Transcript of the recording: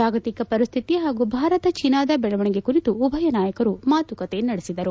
ಜಾಗತಿಕ ಪರಿಸ್ಸಿತಿ ಹಾಗೂ ಭಾರತ ಚೀನಾದ ಬೆಳವಣಿಗೆ ಕುರಿತು ಉಭಯ ನಾಯಕರು ಮಾತುಕತೆ ನಡೆಸಿದರು